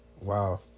Wow